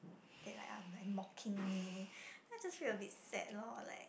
they like are like mocking me then I just feel a bit sad loh like